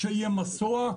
כשיהיה מסוע,